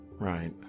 Right